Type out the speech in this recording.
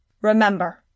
Remember